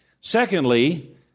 Secondly